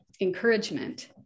encouragement